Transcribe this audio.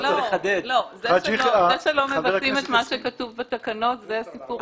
זה שלא מבצעים את מה שכתוב בתקנות זה סיפור אחר.